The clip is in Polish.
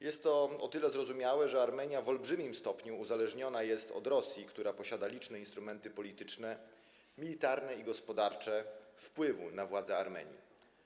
Jest to o tyle zrozumiałe, że Armenia w olbrzymim stopniu uzależniona jest od Rosji, która posiada liczne polityczne, militarne i gospodarcze instrumenty wpływu na władze Armenii.